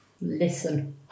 Listen